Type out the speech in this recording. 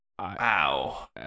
Wow